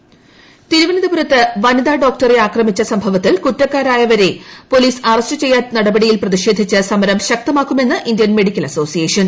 ആശുപത്രി ആക്രമണ്ട് ഒ്എഎഎ തിരുവനന്തപുരത്ത് വനിതാ ഡോക്ടറെ ആക്രമിച്ച സംഭവത്തിൽ കുറ്റക്കാരായയവരെ പോലീസ് അറസ്റ്റ് ചെയ്യാത്ത നടപടിയിൽ പ്രതിക്ഷേധിച്ച് സമരം ശക്തമാക്കുമെന്ന് ഇന്ത്യൻ മെഡിക്കൽ അസോസിയേഷൻ